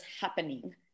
happening